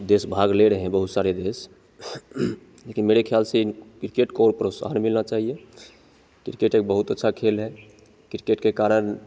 देश भाग ले रहे हैं बहुत सारे देश लेकिन मेरे ख्याल से क्रिकेट को और प्रोत्साहन मिलना चाहिए क्रिकेट एक बहुत अच्छा खेल है क्रिकेट के कारण